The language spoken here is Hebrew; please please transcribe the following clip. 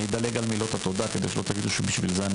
אני אדלג על מילות התודה כדי שלא תגידו שבשביל זה אני